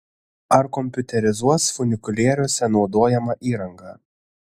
ar kompiuterizuos funikulieriuose naudojamą įrangą